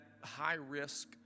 high-risk